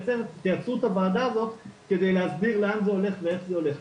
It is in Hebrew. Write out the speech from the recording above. שתייצרו את הוועדה הזאת כדי להסביר לאן זה הולך ואיך זה הולך.